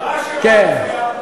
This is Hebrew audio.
כן.